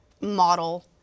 model